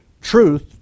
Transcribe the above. truth